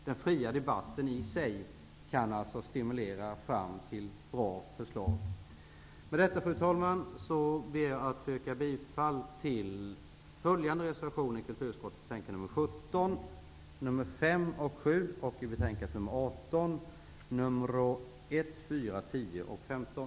Den fria debatten i sig kan alltså stimulera till bra förslag. Med detta, fru talman, ber jag att få yrka bifall till följande reservationer till kulturutskottets betänkande nr 17, nämligen nr 5 och 7, och till betänkande nr 18 reservationerna nr 1, 4, 10 och 15.